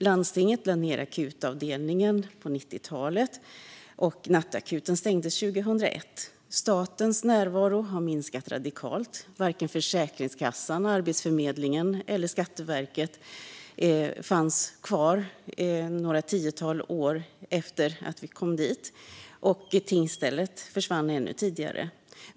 Landstinget lade ned akutavdelningen på 90-talet. Nattakuten stängdes 2001. Statens närvaro har minskat radikalt. Varken Försäkringskassan, Arbetsförmedlingen och Skatteverket fanns kvar några tiotal år efter att vi kom dit. Tingsstället försvann ännu tidigare.